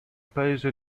paese